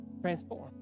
Transform